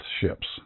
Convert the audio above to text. ships